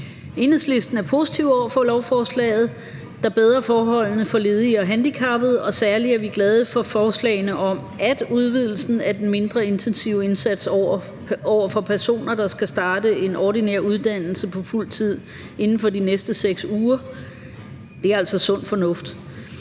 Enhedslisten er positiv over for lovforslaget, der bedrer forholdene for ledige og handicappede, og særlig er vi glade for forslagene om udvidelsen af den mindre intensive indsats over for personer, der skal starte en ordinær uddannelse på fuldtid inden for de næste 6 uger – det er altså sund fornuft.